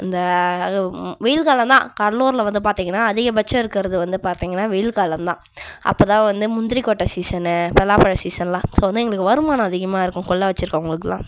இந்த வெயில் காலம் தான் கடலூரில் வந்து பார்த்திங்கன்னா அதிகபட்சம் இருக்கிறது வந்து பார்த்திங்கன்னா வெயில் காலந்தான் அப்போ தான் வந்து முந்திரிக் கொட்டை சீசனு பலாப்பழம் சீசன்லாம் ஸோ வந்து எங்களுக்கு வருமானம் அதிகமாக இருக்கும் கொல்லை வச்சிருக்குறவங்களுக்கெலாம்